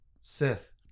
Sith